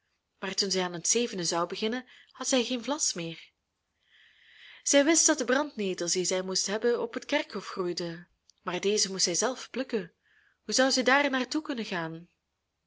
toen zij aan het zevende zou beginnen had zij geen vlas meer zij wist dat de brandnetels die zij moest hebben op het kerkhof groeiden maar deze moest zij zelf plukken hoe zou zij daar naar toe kunnen gaan